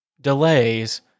delays